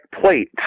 plate